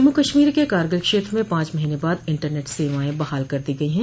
जम्मु कश्मीर के करगिल क्षेत्र में पांच महीने बाद इंटरनेट सेवाएं बहाल कर दी गई है